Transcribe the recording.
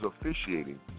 officiating